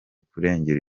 kurengera